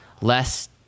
less